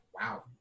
wow